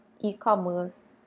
e-commerce